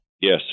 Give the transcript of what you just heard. Yes